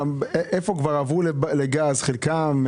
כבר עברו לגז, חלקם?